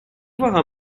voir